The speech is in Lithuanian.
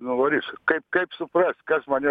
nuvarys kaip kaip suprast kas mane